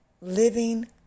living